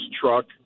truck